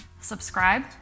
subscribe